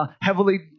heavily